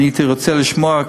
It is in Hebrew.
הייתי רוצה לשמוע,